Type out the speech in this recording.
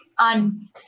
on